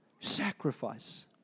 sacrifice